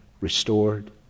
restored